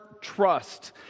trust